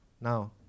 Now